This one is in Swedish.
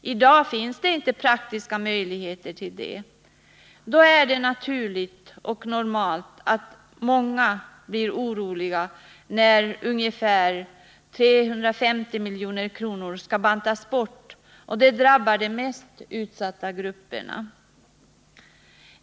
I dag finns det inte praktiska möjligheter till det. Det är både naturligt och normalt att människor blir oroliga när ungefär 350 milj.kr. för beredskapsarbeten bantas bort. Åtgärden drabbar de mest utsatta grupperna i samhället.